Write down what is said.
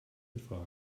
infrage